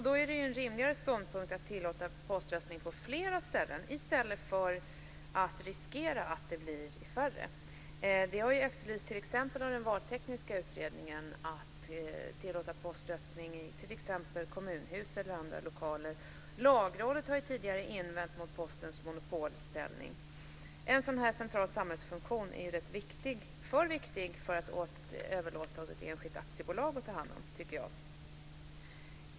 Då är det en rimligare ståndpunkt att tillåta poströstning på flera ställen i stället för att riskera att det blir på färre ställen. T.ex. när det gäller Valtekniska utredningen har vi efterlyst att poströstning tillåts i kommunhus och andra lokaler. Lagrådet har tidigare invänt mot Postens monopolställning. En sådan här central samhällsfunktion är för viktig för att ett enskilt aktiebolag ska få ta hand om den, tycker jag.